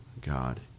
God